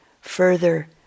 further